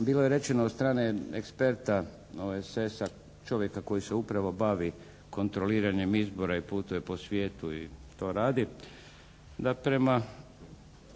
bilo je rečeno od strane eksperta OESS-a, čovjeka koji se upravo bavi kontroliranjem izbora i putuje po svijetu i to radi, da prema